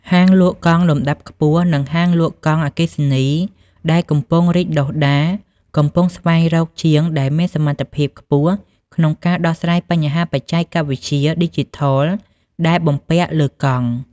ហាងលក់កង់លំដាប់ខ្ពស់ និងហាងកង់អគ្គិសនីដែលកំពុងរីកដុះដាល កំពុងស្វែងរកជាងដែលមានសមត្ថភាពខ្ពស់ក្នុងការដោះស្រាយបញ្ហាបច្ចេកវិទ្យាឌីជីថលដែលបំពាក់លើកង់។